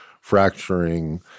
Fracturing